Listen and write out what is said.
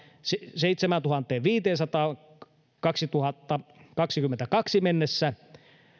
seitsemääntuhanteenviiteensataan vuoteen kaksituhattakaksikymmentäkaksi mennessä